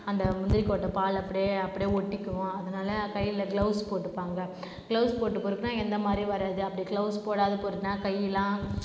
அந்த முந்திரிக் கொட்டை பால் அப்படியே அப்படியே ஒட்டிக்கும் அதனால் கையில் க்ளவ்ஸ் போட்டிருப்பாங்க க்ளவ்ஸ் போட்டு பொறுக்குனால் எந்த மாதிரியும் வராது அப்படி க்ளவ்ஸ் போடாமல் பொறுக்குனால் கையெல்லாம்